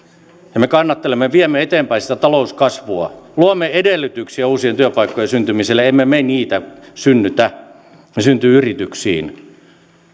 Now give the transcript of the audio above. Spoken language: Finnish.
me kannattelemme viemme eteenpäin sitä talouskasvua luomme edellytyksiä uusien työpaikkojen syntymiselle emme me niitä synnytä ne syntyvät yrityksiin